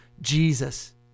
Jesus